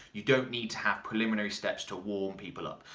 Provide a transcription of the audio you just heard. you don't need to have preliminary steps to warm people up.